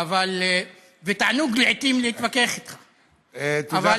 תענוג לעיתים להתווכח איתך, תודה,